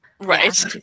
Right